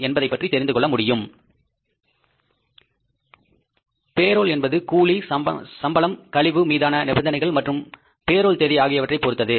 என்பதை பற்றி தெரிந்துகொள்ள முடியும் பேரோல் என்பது கூலி சம்பளம் கழிவு மீதான நிபந்தனைகள் மற்றும் பேரோல் தேதி ஆகியவற்றைப் பொருத்தது